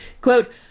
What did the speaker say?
Quote